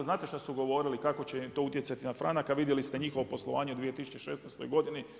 Znate što su govorili kako će im to utjecati na franak, a vidjeli ste njihovo poslovanje u 2016. godini.